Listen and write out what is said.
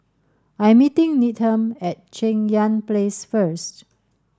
I'm meeting Needham at Cheng Yan Place first